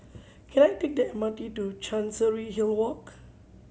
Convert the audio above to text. can I take the M R T to Chancery Hill Walk